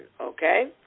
okay